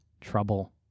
trouble